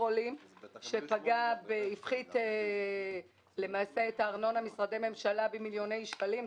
עולים שהפחית למעשה את הארנונה ממשרדי הממשלה במיליוני שקלים,